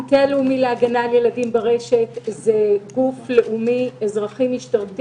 המטה הלאומי להגנה על ילדים ברשת הוא גוף לאומי אזרחי-משטרתי.